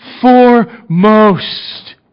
foremost